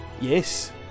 Yes